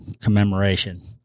commemoration